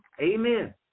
Amen